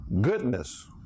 goodness